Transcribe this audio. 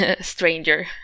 stranger